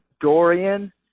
Dorian